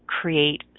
create